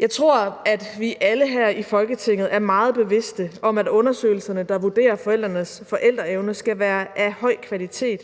Jeg tror, at vi alle her i Folketinget er meget bevidste om, at undersøgelserne, der vurderer forældrenes forældreevne, skal være af høj kvalitet.